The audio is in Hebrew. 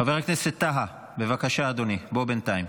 חבר הכנסת טאהא, בבקשה, אדוני, בוא בינתיים.